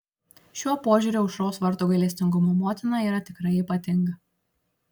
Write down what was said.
šiuo požiūriu aušros vartų gailestingumo motina yra tikrai ypatinga